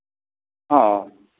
ହଁ